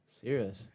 Serious